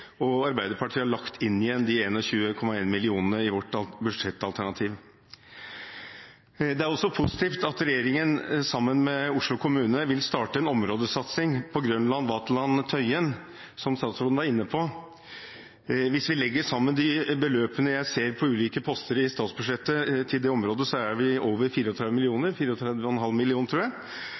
områdeutvikling. Arbeiderpartiet har lagt inn igjen de 21,1 mill. kr i sitt budsjettalternativ. Det er også positivt at regjeringen sammen med Oslo kommune vil starte en områdesatsing på Grønland-Vaterland-Tøyen, som statsråden var inne på. Hvis vi legger sammen de beløpene jeg ser på ulike poster i statsbudsjettet til det området, er vi over 34 mill. kr – 34,5 mill. kr, tror jeg.